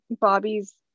Bobby's